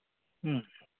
ꯎꯝ